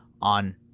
on